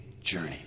journey